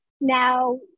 now